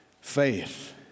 Faith